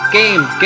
games